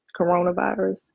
coronavirus